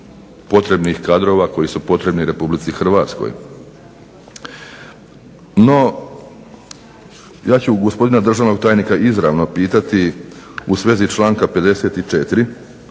potrebnih kadrova koji su potrebni Republici Hrvatskoj. No ja ću gospodina državnog tajnika izravno pitati u svezi članka 54.